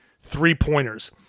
three-pointers